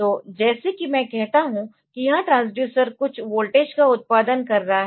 तो जैसे कि मैं कहता हूं कि यह ट्रांसड्यूसर कुछ वोल्टेज का उत्पादन कर रहा है